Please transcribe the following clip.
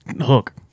hook